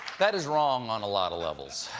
that is wrong on a lot of levels,